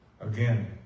again